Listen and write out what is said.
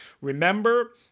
Remember